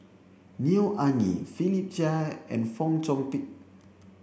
Neo Anngee Philip Chia and Fong Chong Pik